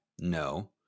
No